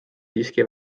siiski